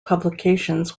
publications